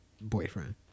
boyfriend